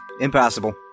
Impossible